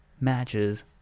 matches